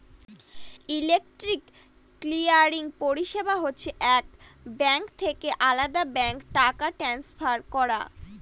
electronic clearing পরিষেবা হচ্ছে এক ব্যাঙ্ক থেকে আলদা ব্যাঙ্কে টাকা ট্রান্সফার করা